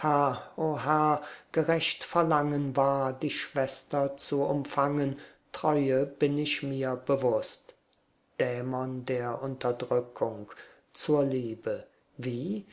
gerecht verlangen war die schwester zu umfangen treue bin ich mir bewußt dämon der unterdrückung zur liebe wie